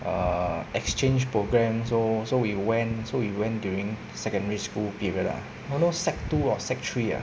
err exchange programme so so we went so we went during secondary school period ah don't know sec two or sec three ah